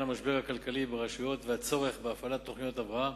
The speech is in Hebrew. המשבר הכלכלי ברשויות והצורך בהפעלת תוכניות הבראה.